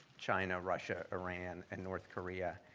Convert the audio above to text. china, russia, iran, and north korea.